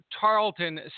Tarleton